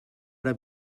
ara